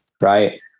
right